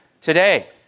today